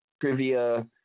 trivia